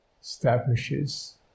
establishes